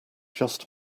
just